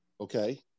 okay